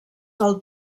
del